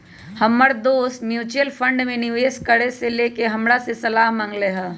हमर दोस mutual fund में निवेश करे से लेके हमरा से सलाह मांगलय ह